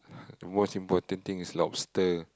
the most important thing is lobster